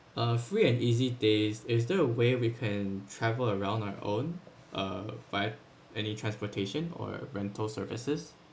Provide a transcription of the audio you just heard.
uh free and easy days is there a way we can travel around our own uh find any transportation or rental services